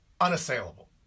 unassailable